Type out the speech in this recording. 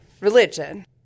religion